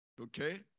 Okay